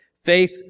Faith